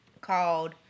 called